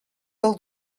del